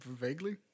Vaguely